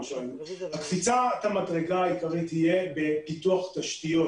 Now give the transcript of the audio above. קפיצת המדרגה העיקרית תהיה בפיתוח תשתיות